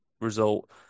result